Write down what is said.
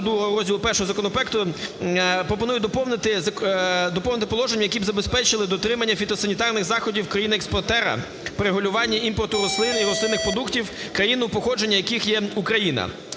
пропонує доповнити положеннями, які б забезпечили дотримання фітосанітарних заходів країни-експортера при регулюванні імпорту рослин і рослинних продуктів, країною походження яких є Україна.